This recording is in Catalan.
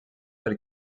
pel